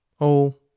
oh,